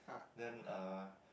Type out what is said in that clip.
then uh